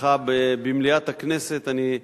לך במליאת הכנסת, אני,